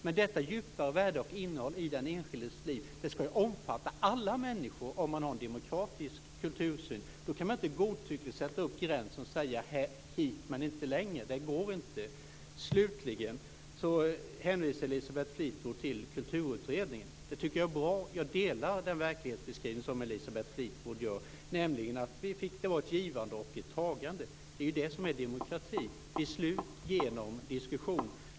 Men detta djupare värde och innehåll i den enskildes liv skall ju omfatta alla människor, om man har en demokratisk kultursyn. Då kan man inte godtyckligt sätta upp gränsen och säga: Hit men inte längre. Det går inte. Slutligen hänvisade Elisabeth Fleetwood till Kulturutredningen. Det tycker jag är bra. Jag delar den verklighetsbeskrivning som Elisabeth Fleetwood gör, nämligen att vi fick ge och ta. Det är ju det som är demokrati - beslut genom diskussion.